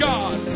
God